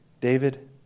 David